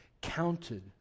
counted